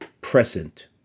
present